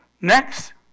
next